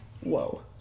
Whoa